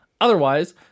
otherwise